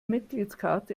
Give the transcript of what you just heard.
mitgliedskarte